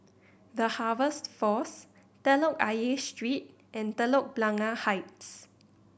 The Harvest Force Telok Ayer Street and Telok Blangah Heights